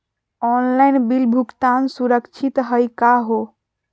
Online bill भुगतान सुरक्षित हई का हो?